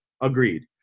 Agreed